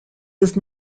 does